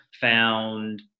found